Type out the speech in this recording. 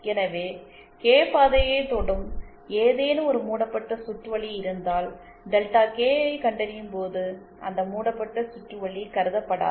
எனவே கே பாதையைத் தொடும் ஏதேனும் ஒரு மூடப்பட்ட சுற்றுவழி இருந்தால் டெல்டா கே ஐக் கண்டறியும் போது அந்த மூடப்பட்ட சுற்றுவழி கருதப்படாது